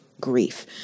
grief